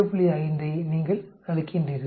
5 ஐ நீங்கள் கழிக்கின்றீர்கள்